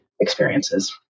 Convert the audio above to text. experiences